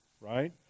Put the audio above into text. right